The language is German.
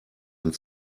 ein